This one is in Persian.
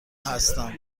هستم